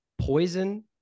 poison